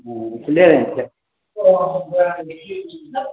खुल्ले रहै छै